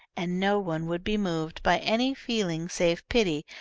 and no one would be moved, by any feeling save pity,